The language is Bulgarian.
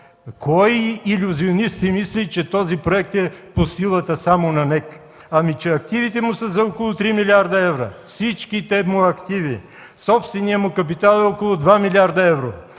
Кой илюзионист си мисли, че този проект е по силата само на НЕК?! Активите му са само за около 3 млрд. евро – всичките му активи! Собственият му капитал е около 2 млрд. евро,